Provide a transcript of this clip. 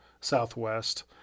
Southwest